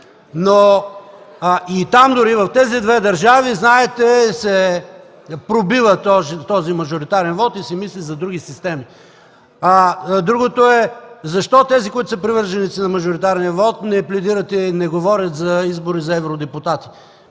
И там, дори в тези две държави, знаете, този мажоритарен вот се пробива и се мисли за други системи. Защо тези, които са привърженици на мажоритарния вот, не пледират и не говорят за избори за евродепутати?